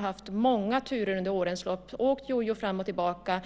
varit många turer under årens lopp när det gäller väg 73 till Nynäshamn. Det har varit som en jojo fram och tillbaka.